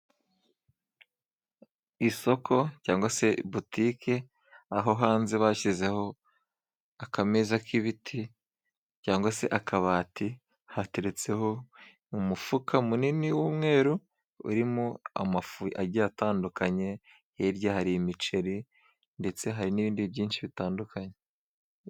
Isoko cyangwa se butike ,aho hanze bashyizeho akameza k'ibiti cyangwa se akabati hateretseho umufuka munini w'umweru urimo amafu agiye atandukanye, hirya hari imiceri ndetse hari n'ibindi byinshi bitandukanye.